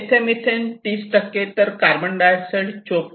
येथे मिथेन 30 तर carbon dioxide 54